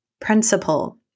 principle